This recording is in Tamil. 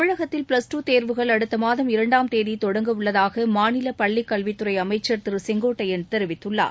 தமிழகத்தில் ப்ளஸ் டு தேர்வுகள் அடுத்த மாதம் இரண்டாம் தேதி தொடங்க உள்ளதாக மாநில பள்ளிக்கல்வித்துறை அமைச்சர் திரு செங்கோட்டையன் தெரிவித்துள்ளார்